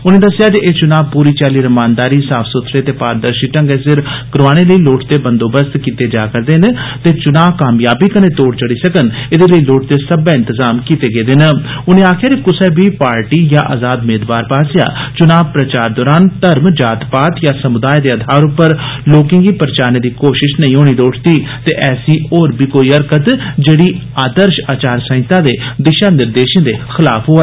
उनें दस्सेआ जे एह् चुनां पूरी चाल्ली रमानदारी साफ सुथरे ते पारदर्षी एंगै सिर करोआने लेई लोड़चदे बंदोबस्त कीते जा रदे न ते चुनां कामयाबी कन्नै तोड़ चढ़ी सकन एह्दे लेई लोड़चदे सब्बै बंदोबस्त कीते जा करदे न उनें आक्खेआ जे कुसै बी पार्टी जां अजाद मेदवार आस्सेआ चुनां प्रचार दरान धर्म जात पात जां समुदाए दे अधार पर लोकें गी परचाने दी कोष्त नेई करनी लोड़चदी ते ऐसी होरबी कोई हरकत जेह्ड़ी आदर्ष अचार संहिता दे दिषा निर्देष दे खलाफ होए